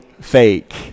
fake